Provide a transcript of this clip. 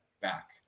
back